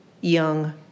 young